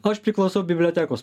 aš priklausau bibliotekos